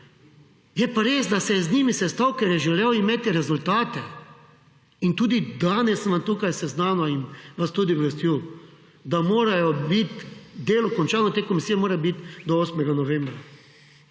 je pa res, da se je z njimi sestal, ker je želel imeti rezultate in tudi danes sem vas tukaj seznanil in vas tudi obvestil, da morajo bit, delo, končano, te komisije, mora bit do 8. novembra.